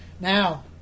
Now